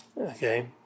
Okay